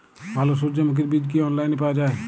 ভালো সূর্যমুখির বীজ কি অনলাইনে পাওয়া যায়?